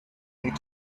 need